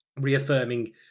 reaffirming